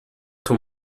two